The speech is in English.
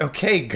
Okay